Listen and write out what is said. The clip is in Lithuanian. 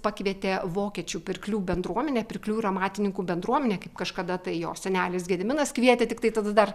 pakvietė vokiečių pirklių bendruomenę pirklių ir amatininkų bendruomenę kaip kažkada tai jo senelis gediminas kvietė tiktai tada dar